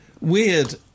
Weird